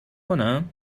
کنم